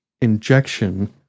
injection